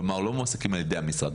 כלומר לא מועסקים על ידי המשרד,